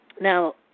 Now